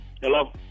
Hello